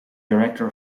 director